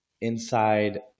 inside